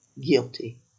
guilty